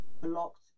blocked